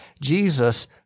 Jesus